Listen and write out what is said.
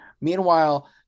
Meanwhile